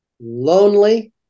Lonely